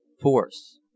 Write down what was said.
Force